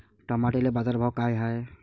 टमाट्याले बाजारभाव काय हाय?